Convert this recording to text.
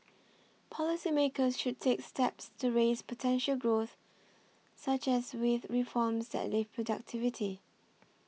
policy makers should take steps to raise potential growth such as with reforms that lift productivity